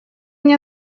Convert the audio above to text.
мне